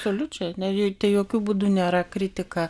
absoliučiai ne tai jokiu būdu nėra kritika